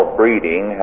breeding